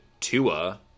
Tua